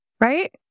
right